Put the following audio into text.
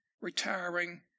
retiring